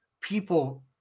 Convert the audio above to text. people